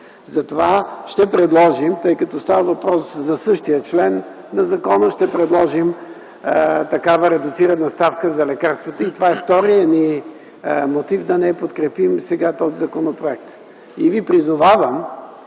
години насам. Тъй като става въпрос за същия член на закона, затова ще предложим такава редуцирана ставка за лекарствата и това е вторият ни мотив да не подкрепим сега този законопроект. И ви призовавам,